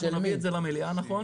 אנחנו נביא את זה למליאה נכון?